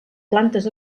plantes